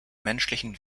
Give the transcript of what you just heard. menschlichen